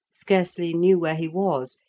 scarcely knew where he was,